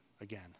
again